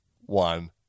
one